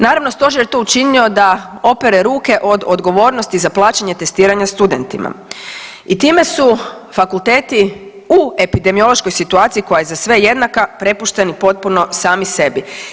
Naravno stožer je to učinio da opere ruke od odgovornosti za plaćanje testiranja studentima i time su fakulteti u epidemiološkoj situaciji koja je za sve jednaka prepušteni potpuno sami sebi.